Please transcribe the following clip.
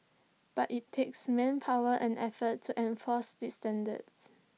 but IT takes manpower and effort to enforce these standards